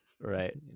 Right